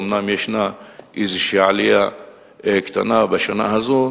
אומנם יש איזו עלייה קטנה בשנה הזו,